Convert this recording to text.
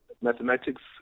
mathematics